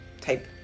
type